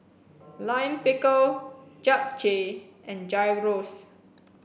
Lime Pickle Japchae and Gyros